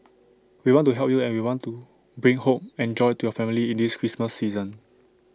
we want to help you and we want to bring hope and joy to your family in this Christmas season